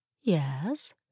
yes